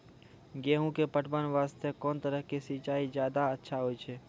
गेहूँ के पटवन वास्ते कोंन तरह के सिंचाई ज्यादा अच्छा होय छै?